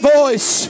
voice